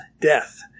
death